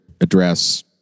address